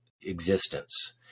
existence